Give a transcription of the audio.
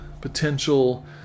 potential